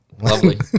Lovely